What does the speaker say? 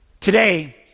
today